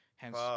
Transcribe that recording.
Hence